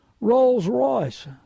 Rolls-Royce